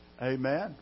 Amen